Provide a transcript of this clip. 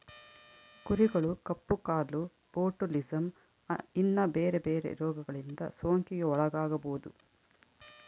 ಕುರಿಗಳು ಕಪ್ಪು ಕಾಲು, ಬೊಟುಲಿಸಮ್, ಇನ್ನ ಬೆರೆ ಬೆರೆ ರೋಗಗಳಿಂದ ಸೋಂಕಿಗೆ ಒಳಗಾಗಬೊದು